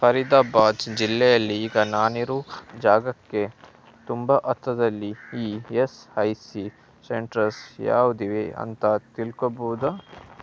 ಫರೀದಾಬಾದ್ ಜಿಲ್ಲೆಯಲ್ಲಿ ಈಗ ನಾನಿರೋ ಜಾಗಕ್ಕೆ ತುಂಬ ಹತ್ರದಲ್ಲಿ E S I C centres ಯಾವುದಿವೆ ಅಂತ ತಿಳ್ಕೊಬೋದಾ